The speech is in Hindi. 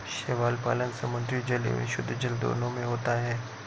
शैवाल पालन समुद्री जल एवं शुद्धजल दोनों में होता है